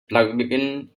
plugin